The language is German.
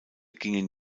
gingen